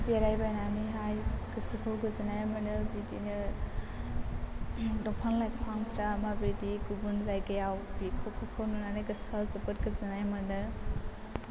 बेरायबायनानैहाय गोसोखौ गोजोननाय मोनो बिदिनो दंफां लाइफांफोरा माबायदि गुबुन जायगायाव बेखौफोरखौ नुनानै गोसोआव जोबोद गोजोननाय मोनो